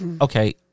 Okay